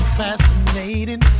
fascinating